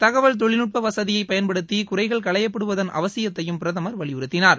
தகவல்தொழில்நுட்பவசதியை பயன்படுத்தி குறைகள் களையப்படுவதன் அவசியத்தையும் பிரதமர் வலியுறுத்தினார்